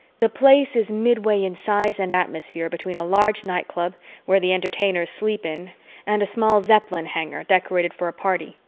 the place is midway in size and atmosphere between a large nightclub where the entertainers sleep in and a small zeppelin hangar decorated for a party,